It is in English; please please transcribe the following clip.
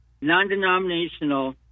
non-denominational